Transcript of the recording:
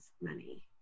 money